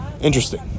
Interesting